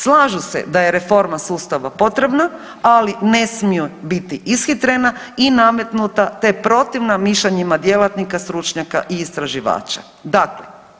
Slažu se da je reforma sustava potrebna, ali ne smiju biti ishitrena i nametnuta, te protivna mišljenjima djelatnika, stručnjaka i istraživača, da.